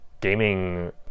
gaming